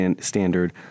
standard